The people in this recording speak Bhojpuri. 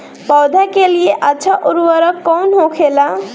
पौधा के लिए अच्छा उर्वरक कउन होखेला?